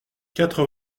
quatre